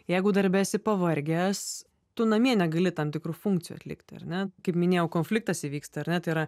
jeigu darbe esi pavargęs tu namie negali tam tikrų funkcijų atlikti ar ne kaip minėjau konfliktas įvyksta ar ne tai yra